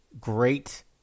Great